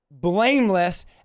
blameless